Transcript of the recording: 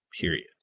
period